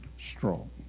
strong